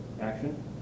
action